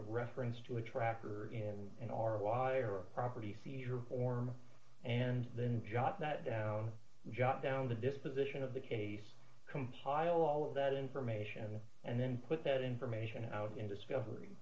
of reference to a tracker in and or a wire or property seizure or and then jot that down jot down the disposition of the case compile all of that information and then put that information out in discover